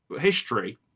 history